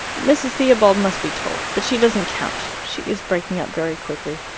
mrs. theobald must be told. but she doesn't count. she is breaking up very quickly.